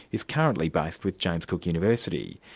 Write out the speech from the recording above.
is currently based with james cook university.